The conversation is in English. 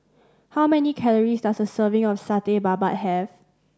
how many calories does a serving of Satay Babat have